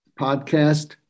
podcast